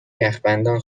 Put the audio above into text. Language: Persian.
یخبندان